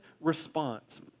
response